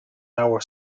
our